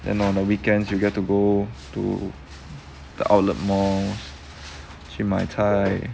then on the weekends you get to go to the outlet malls 去买菜